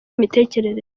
imitekerereze